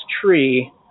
tree